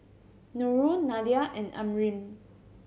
Nurul Nadia and Amrin